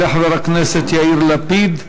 יעלה חבר הכנסת יאיר לפיד,